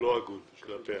הגון כלפיהם.